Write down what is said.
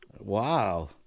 wow